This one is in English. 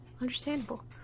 understandable